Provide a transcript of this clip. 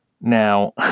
Now